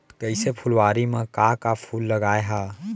कइसे फुलवारी म का का फूल लगाय हा?